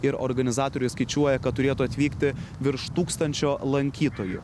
ir organizatoriai skaičiuoja kad turėtų atvykti virš tūkstančio lankytojų